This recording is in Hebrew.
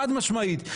חד משמעית.